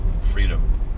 Freedom